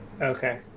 okay